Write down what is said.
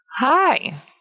Hi